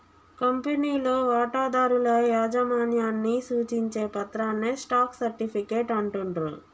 కంపెనీలో వాటాదారుల యాజమాన్యాన్ని సూచించే పత్రాన్నే స్టాక్ సర్టిఫికేట్ అంటుండ్రు